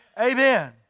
Amen